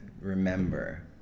Remember